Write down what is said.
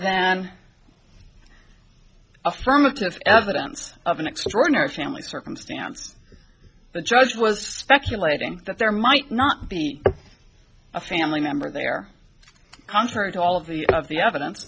than affirmative evidence of an extraordinary family circumstance the judge was speculating that there might not be a family member there contrary to all of the of the evidence